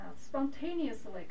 spontaneously